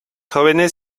jóvenes